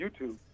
YouTube